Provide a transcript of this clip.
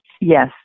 Yes